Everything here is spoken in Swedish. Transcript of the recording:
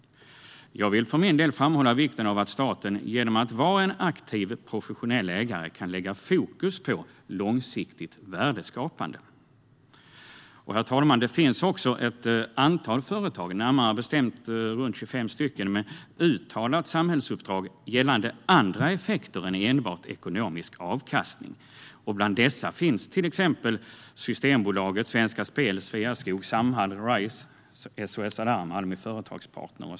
Jag vill för min del framhålla vikten av att staten genom att vara en aktiv, professionell ägare kan lägga fokus på långsiktigt värdeskapande. Herr talman! Det finns ett antal företag, närmare bestämt runt 25 stycken, som har ett uttalat samhällsuppdrag gällande andra effekter än enbart ekonomisk avkastning. Bland dessa finns till exempel Systembolaget, Svenska Spel, Sveaskog, Samhall, Rise, SOS Alarm och Almi Företagspartner.